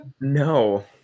No